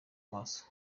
maso